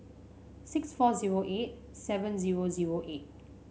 six four zero eight seven zero zero eight